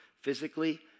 physically